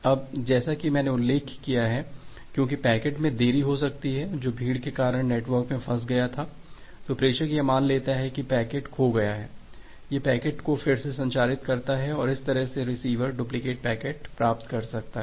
अब जैसा कि मैंने उल्लेख किया है कि क्योंकि पैकेट में देरी हो सकती है जो भीड़ के कारण नेटवर्क में फंस गया हो तो प्रेषक यह मान लेता है कि पैकेट खो गया है यह पैकेट को फिर से संचारित करता है और इस तरह से रिसीवर डुप्लिकेट पैकेट प्राप्त कर सकता है